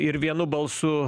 ir vienu balsu